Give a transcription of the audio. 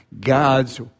God's